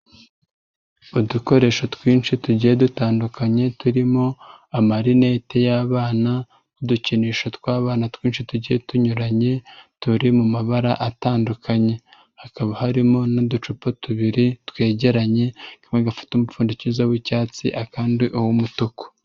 Udukoresho twinshi tugiye dutandukanye, turimo amarinete y'abana, udukinisho tw'abana twinshi tugiye tunyuranye,, turi mu mabara atandukanye. Hakaba harimo n'uducupa tubiri twegeranye kamwe gafite umupfundikizo w'icyatsi, akandi uw'umutuku.